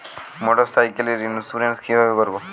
মোটরসাইকেলের ইন্সুরেন্স কিভাবে করব?